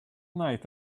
night